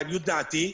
לעניות דעתי,